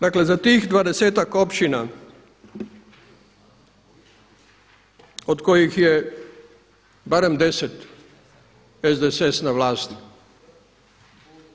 Dakle, za tih dvadesetak općina od kojih je barem 10 SDSS na vlasti.